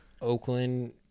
Oakland